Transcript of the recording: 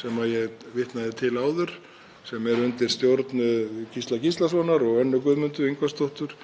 sem ég vitnaði til áður sem er undir stjórn Gísla Gíslasonar og Önnu Guðmundu Ingvarsdóttur,